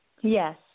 Yes